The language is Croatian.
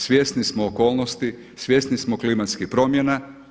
Svjesni smo okolnosti, svjesni smo klimatskih promjena.